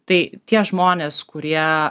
tai tie žmonės kurie